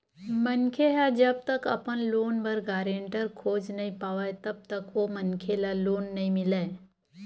मनखे ह जब तक अपन लोन बर गारेंटर खोज नइ पावय तब तक ओ मनखे ल लोन नइ मिलय